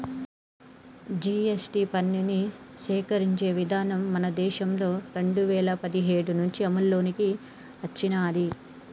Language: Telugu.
జీ.ఎస్.టి పన్నుని సేకరించే విధానం మన దేశంలో రెండు వేల పదిహేడు నుంచి అమల్లోకి వచ్చినాది